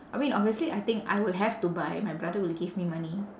I mean obviously I think I would have to buy my brother will give me money